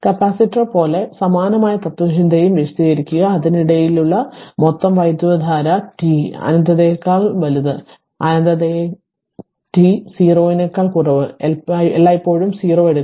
capacitor പോലെ സമാനമായ തത്ത്വചിന്തയും വിശദീകരിക്കുക അതിനിടയിലുള്ള മൊത്തം വൈദ്യുതധാര t അനന്തതയേക്കാൾ വലുത് അനന്തത t 0 നേക്കാൾ കുറവ് എല്ലായ്പ്പോഴും 0 എടുക്കുക